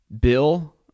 bill